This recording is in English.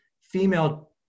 female